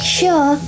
sure